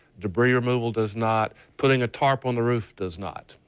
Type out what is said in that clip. debris removal does not. putting a tarp on the roof does not.